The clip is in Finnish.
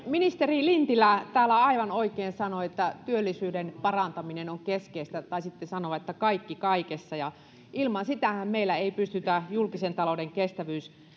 ministeri lintilä täällä aivan oikein sanoi että työllisyyden parantaminen on keskeistä taisitte sanoa että kaikki kaikessa ja ilman sitähän meillä ei pystytä julkisen talouden